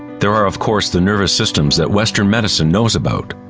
there are, of course, the nervous systems that western medicine knows about.